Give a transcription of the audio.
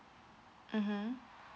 mmhmm